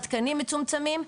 התקנים מצומצמים,